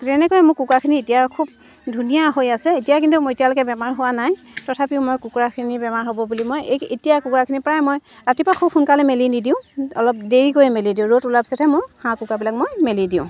তেনেকৈ মোৰ কুকুৰাখিনি এতিয়া খুব ধুনীয়া হৈ আছে এতিয়া কিন্তু মোৰ এতিয়ালৈকে বেমাৰ হোৱা নাই তথাপিও মই কুকুৰাখিনি বেমাৰ হ'ব বুলি মই এই এতিয়া কুকুৰাখিনি প্ৰায় মই ৰাতিপুৱা খুব সোনকালে মেলি নিদিওঁ অলপ দেৰিকৈ মেলি দিওঁ ৰ'দ ওলোৱা পিছতহে মোৰ হাঁহ কুকুৰাবিলাক মই মেলি দিওঁ